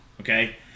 Okay